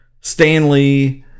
Stanley